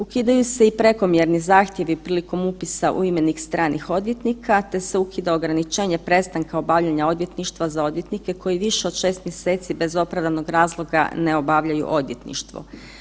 Ukidaju se i prekomjerni zahtjevi prilikom upisa u imenik stranih odvjetnika te se ukida ograničenje prestanka obavljanja odvjetništva za odvjetnike koji više od 6 mjeseci bez opravdanog razloga ne obavljaju odvjetništvo.